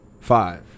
Five